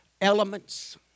elements